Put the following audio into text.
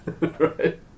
Right